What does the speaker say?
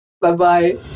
Bye-bye